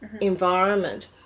environment